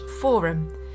forum